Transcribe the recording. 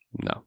No